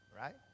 Right